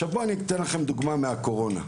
אני אתן לכם דוגמה מהקורונה.